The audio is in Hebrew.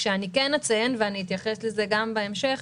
אציין, ואתייחס לזה גם בהמשך,